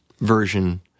version